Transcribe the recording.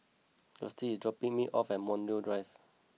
Gustie is dropping me off at Montreal Drive